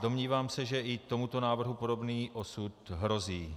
Domnívám se, že i tomuto návrhu podobný osud hrozí.